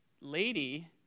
lady